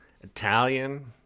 Italian